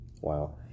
Wow